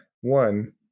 One